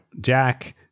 Jack